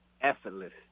effortless